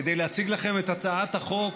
כדי להציג לכם את הצעת החוק